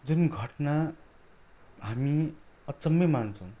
जुन घटना हामी अचम्मै मान्छौँ